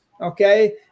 Okay